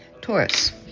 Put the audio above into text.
Taurus